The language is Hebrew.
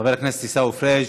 חבר הכנסת עיסאווי פריג'